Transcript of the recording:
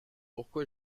pourquoi